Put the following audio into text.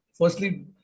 Firstly